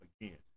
again